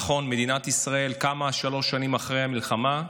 נכון, מדינת ישראל קמה שלוש שנים אחרי המלחמה,